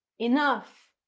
enough,